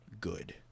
good